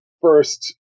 first